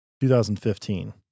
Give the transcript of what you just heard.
2015